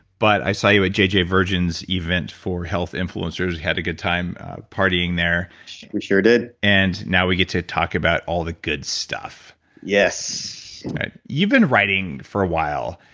but i saw you at jj virgin's event for health influencers. had a good time partying there we sure did and now we get to talk about all the good stuff yes you've been writing for a while.